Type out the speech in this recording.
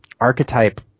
archetype